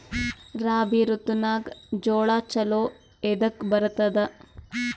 ರಾಬಿ ಋತುನಾಗ್ ಜೋಳ ಚಲೋ ಎದಕ ಬರತದ?